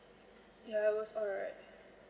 ya it was alright